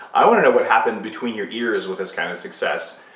i want to know what happened between your ears with this kind of success.